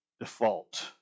default